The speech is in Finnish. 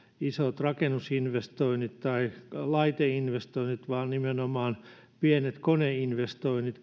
isot rakennusinvestoinnit tai laiteinvestoinnit vaan nimenomaan pienet koneinvestoinnit